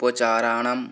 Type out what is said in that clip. उपचाराणां